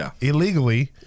illegally